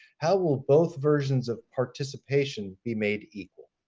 how will both versions of participation be made equal?